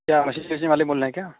کیا مچھلی بیچنے والے بول رہے کیا